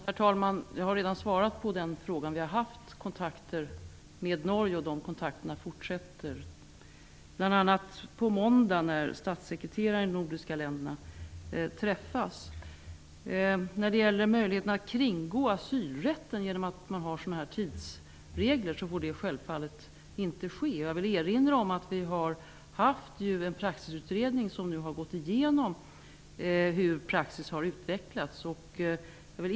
Herr talman! Jag har redan svarat på den frågan. Vi har haft kontakter med Norge och dessa kontakter fortsätter, bl.a. på måndag då statssekreterarna i de nordiska länderna träffas. När det gäller möjligheten att kringgå asylrätten genom tidsregler av den här typen, får detta självfallet inte ske. Jag vill erinra om att det har tillsatts en praxisutredning som nu har gått igenom hur praxis har utvecklats.